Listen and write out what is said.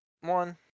One